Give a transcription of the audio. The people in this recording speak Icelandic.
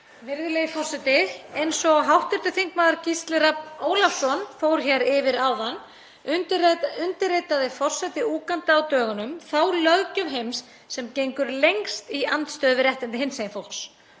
Virðulegi forseti. Eins og hv. þm. Gísli Rafn Ólafsson fór hér yfir áðan undirritaði forseti Úganda á dögunum þá löggjöf heims sem gengur lengst í andstöðu við réttindi hinsegin fólks.